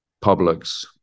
publics